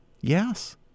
Yes